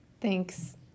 Thanks